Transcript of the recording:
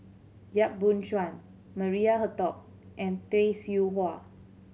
Yap Boon Chuan Maria Hertogh and Tay Seow Huah